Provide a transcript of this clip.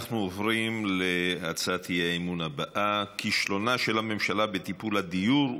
אנחנו עוברים להצעת האי-אמון הבאה: כישלונה של הממשלה בטיפול בדיור,